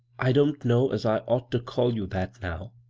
i don't know as i ought to call you that now,